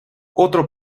otro